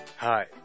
Hi